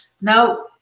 Now